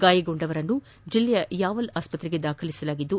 ಗಾಯಗೊಂಡವರನ್ನು ಜಿಲ್ಲೆಯ ಯಾವಲ್ ಆಸ್ತತೆಗೆ ದಾಖಲಿಸಲಾಗಿದ್ದು